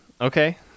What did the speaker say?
Okay